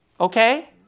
okay